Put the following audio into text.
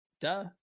duh